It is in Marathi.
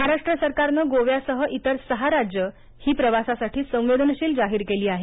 महाराष्ट्र सरकारनं गोव्यासह इतर सहा राज्यं ही प्रवासासाठी संवेदनशील जाहीर केली आहेत